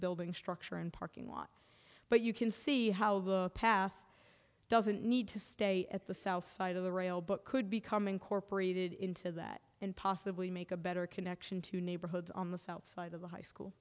building structure and parking lot but you can see how the path doesn't need to stay at the south side of the rail but could become incorporated into that and possibly make a better connection to neighborhoods on the south side of the high school